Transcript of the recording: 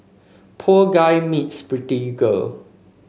poor guy meets pretty girl